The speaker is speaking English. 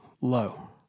low